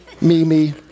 Mimi